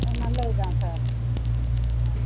ம் நல்லது தான் சார் ம்